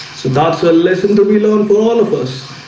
so that's a lesson to be learned for all of us.